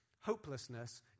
hopelessness